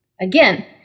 Again